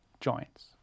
joints